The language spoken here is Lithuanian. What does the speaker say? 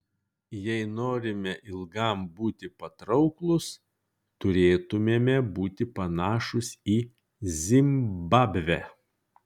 jei norime ilgam būti patrauklūs turėtumėme būti panašūs į zimbabvę